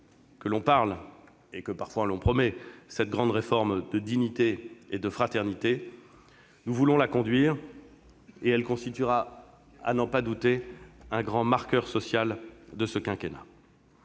que l'on évoque et que, parfois, l'on promet, cette grande réforme de dignité et de fraternité : nous voulons la conduire. Elle constituera, à n'en pas douter, un grand marqueur social de ce quinquennat.